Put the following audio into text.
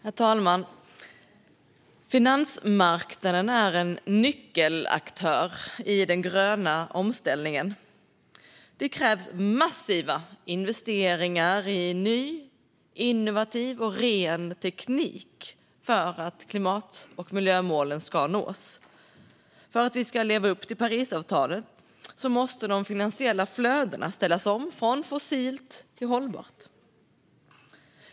Herr talman! Finansmarknaden är en nyckelaktör i den gröna omställningen. Det krävs massiva investeringar i ny, innovativ och ren teknik för att klimat och miljömålen ska nås. För att vi ska leva upp till Parisavtalet måste de finansiella flödena ställas om från fossilt till hållbart.